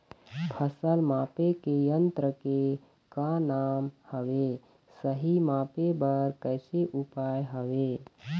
फसल मापे के यन्त्र के का नाम हवे, सही मापे बार कैसे उपाय हवे?